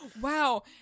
Wow